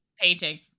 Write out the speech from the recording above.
painting